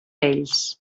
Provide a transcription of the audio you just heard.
ells